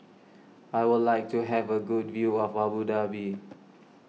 I would like to have a good view of Abu Dhabi